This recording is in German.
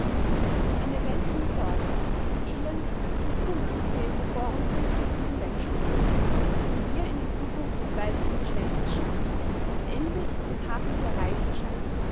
eine welt von sorge elend und kummer sehen wir vor unsern blicken hinwegschwinden wenn wir in die zukunft des weiblichen geschlechtes schauen das endlich den hafen zu erreichen scheint